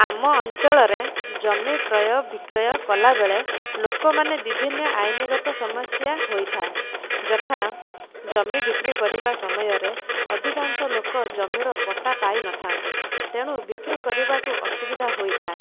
ଆମ ଅଞ୍ଚଳରେ ଜମି କ୍ରୟ ବିକ୍ରୟ କଲାବେଳେ ଲୋକମାନେ ବିଭିନ୍ନ ଆଇନଗତ ସମସ୍ୟା ହୋଇଥାଏ ଯଥା ଜମି ବିକ୍ରି କରିବା ସମୟରେ ଅଧିକାଂଶ ଲୋକ ଜମିର ପଟା ପାଇନଥାନ୍ତି ତେଣୁ ବିକ୍ରିକରିବାକୁ ଅସୁବିଧା ହୋଇଥାଏ